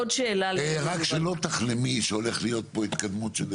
ושלא תחלמו שהולכת להיות פה התקדמות של ממש.